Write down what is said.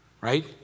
right